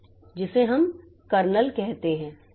तो जिसे हम कर्नेल कहते हैं